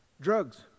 Drugs